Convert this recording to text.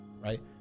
right